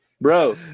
bro